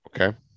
okay